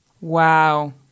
Wow